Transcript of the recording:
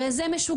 הרי זה משוגע.